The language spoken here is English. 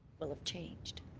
will have changed.